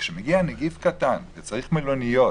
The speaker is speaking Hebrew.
אבל כשמגיע נגיף קטן וצריך מלוניות...